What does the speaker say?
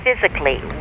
physically